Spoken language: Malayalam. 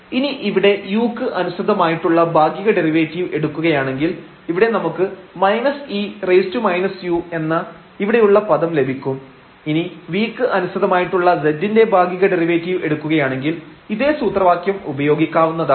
ഇനി ഇവിടെ u ക്ക് അനുസൃതമായിട്ടുള്ള ഭാഗിക ഡെറിവേറ്റീവ് എടുക്കുകയാണെങ്കിൽ ഇവിടെ നമുക്ക് e−u എന്ന ഇവിടെയുള്ള പദം ലഭിക്കും ഇനി v ക്ക് അനുസൃതമായിട്ടുള്ള z ന്റെ ഭാഗിക ഡെറിവേറ്റീവ് എടുക്കുകയാണെങ്കിൽ ഇതേ സൂത്രവാക്യം ഉപയോഗിക്കാവുന്നതാണ്